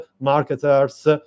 marketers